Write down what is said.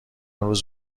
روز